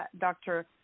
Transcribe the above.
Dr